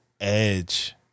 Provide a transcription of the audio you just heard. Edge